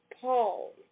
Paul